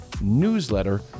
newsletter